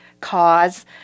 cause